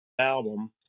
album